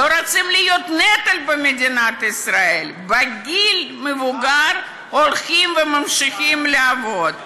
לא רוצים להיות נטל במדינת ישראל; בגיל מבוגר הולכים וממשיכים לעבוד.